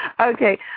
Okay